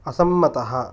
असम्मतः